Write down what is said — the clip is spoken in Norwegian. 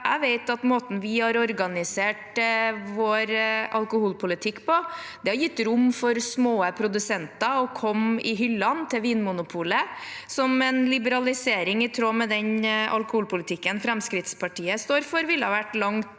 Jeg vet at måten vi har organisert vår alkoholpolitikk på, har gitt rom for at produkter fra små produsenter kommer i hyllene til Vinmonopolet, noe som med en liberalisering i tråd med den alkoholpolitikken Fremskrittspartiet står for, ville ha vært langt